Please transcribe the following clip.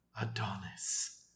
Adonis